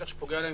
בטח שפוגע להם